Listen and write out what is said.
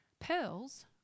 Pearls